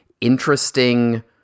interesting